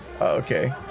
Okay